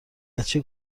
بچه